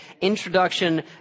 introduction